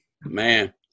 man